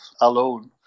alone